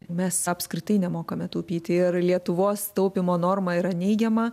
mes apskritai nemokame taupyti ir lietuvos taupymo norma yra neigiama